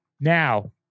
Now